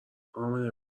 امنه